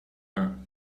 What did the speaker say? her